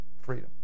freedom